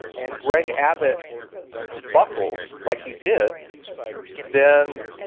and greg abbott buckles like he did then,